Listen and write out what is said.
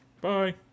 bye